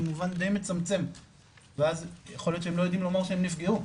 במובן די מצמצם ואז יכול להיות שהם לא יכולים לומר שהם נפגעו,